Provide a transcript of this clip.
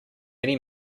many